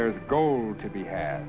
there's gold to be had